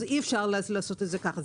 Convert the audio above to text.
אז אי אפשר לעשות את זה ככה,